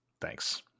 Thanks